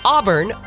Auburn